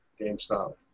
GameStop